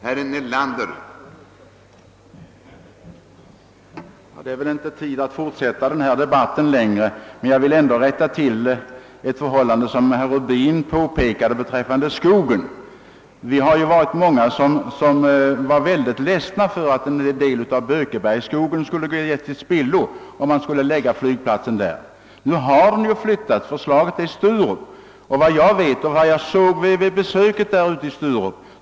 Herr talman! Vi har väl inte tid att fortsätta denna debatt längre, men jag vill ändå rätta till ett påstående som herr Rubin gjorde beträffande bokskogen. Vi är ju många som varit mycket ledsna över att en del av Bökebergskogen skulle gå till spillo om man förlade flygplatsen till Holmeja. Men nu har man ju flyttat den och föreslår Sturup i stället. Såvitt jag vet finns det ingen bokskog alls i Sturup.